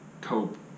cope